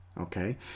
Okay